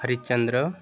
Harishchandra